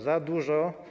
Za dużo.